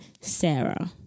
Sarah